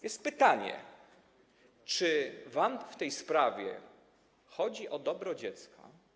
Jest pytanie: Czy wam w tej sprawie chodzi o dobro dziecka?